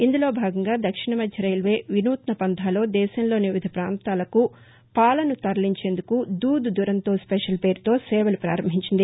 ఇందులో భాగంగా దక్షిణ మధ్య రైల్వే వినూత్న పంథాలో దేశంలోని వివిధ ప్రాంతాలకు పాలను తరలించేందుకు దూద్ దురంతో స్పెషల్ పేరుతో సేపలు ప్రారంభించింది